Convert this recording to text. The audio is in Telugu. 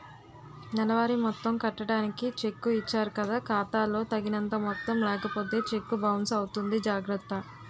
నెలవారీ మొత్తం కట్టడానికి చెక్కు ఇచ్చారు కదా ఖాతా లో తగినంత మొత్తం లేకపోతే చెక్కు బౌన్సు అవుతుంది జాగర్త